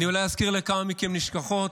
אולי אזכיר לכמה מכם נשכחות,